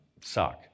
Suck